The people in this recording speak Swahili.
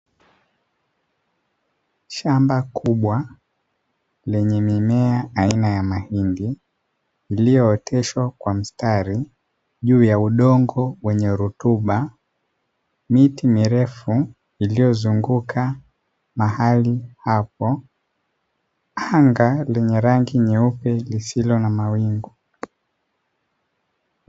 Shamba kubwa lenye mimea aina ya mahindi iliyooteshwa kwa mstari juu ya udongo wenye rutuba, miti mirefu iliyozunguka mahali hapo anga lenye rangi nyeupe lisilo na mawingu.